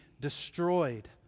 destroyed